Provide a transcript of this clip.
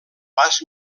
pas